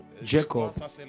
Jacob